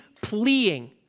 pleading